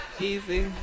Easy